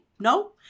No